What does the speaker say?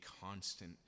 constant